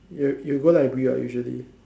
you you go library ah usually